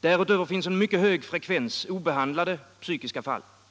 Därutöver finns en mycket hög frekvens obehandlade psykiska fall.